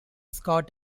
scout